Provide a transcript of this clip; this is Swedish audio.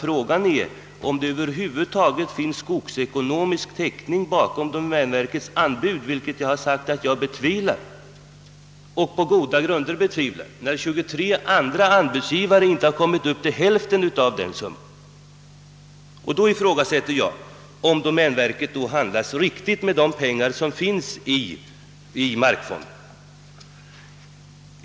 Frågan är om det över huvud taget finns skogsekonomisk täckning bakom domänverkets anbud, vilket jag på goda grunder betvivlar, eftersom 23 andra anbudsgivare inte har kommit upp till hälften av den summan. Då ifrågasätter jag om domänverket handlar riktigt med de pengar som finns i markfonden.